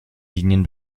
linien